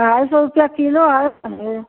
ढाई सौ रुपया कीलो है पनीर